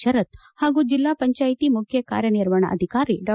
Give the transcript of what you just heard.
ಶರತ್ ಹಾಗೂ ಜಿಲ್ಲಾ ಪಂಚಾಯಿತಿ ಮುಖ್ಯ ಕಾರ್ಯನಿರ್ವಹಣಾಧಿಕಾರಿ ಡಾ